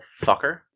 fucker